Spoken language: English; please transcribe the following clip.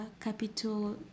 capital